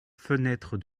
fenêtre